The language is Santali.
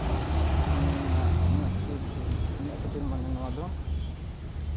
ᱤᱱᱟᱹ ᱠᱷᱟᱹᱛᱤᱨ ᱤᱧᱟᱹᱜ ᱠᱷᱟᱹᱛᱤᱨ ᱢᱟᱱᱮ ᱱᱚᱣᱟ ᱫᱚ